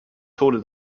tode